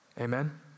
Amen